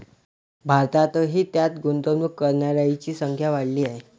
भारतातही त्यात गुंतवणूक करणाऱ्यांची संख्या वाढली आहे